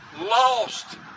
lost